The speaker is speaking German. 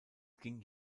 ging